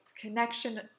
connection